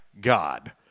God